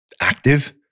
active